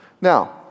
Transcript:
now